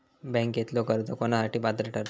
बँकेतला कर्ज कोणासाठी पात्र ठरता?